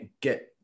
get